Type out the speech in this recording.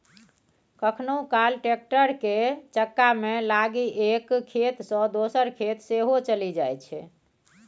कखनहुँ काल टैक्टर केर चक्कामे लागि एक खेत सँ दोसर खेत सेहो चलि जाइ छै